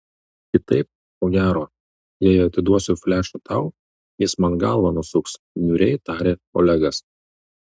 kitaip ko gero jei atiduosiu flešą tau jis man galvą nusuks niūriai tarė olegas